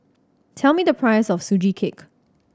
tell me the price of Sugee Cake